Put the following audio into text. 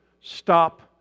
stop